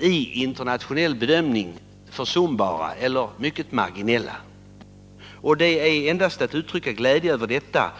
vid internationell jämförelse försumbara eller mycket marginella. Jag kan endast uttrycka glädje över detta.